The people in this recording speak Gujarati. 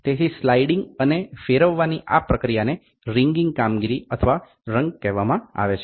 તેથી સ્લાઇડિંગ અને ફેરવવાની આ પ્રક્રિયાને રિંગિંગ કામગીરી અથવા વ્રંગ કહેવામાં આવે છે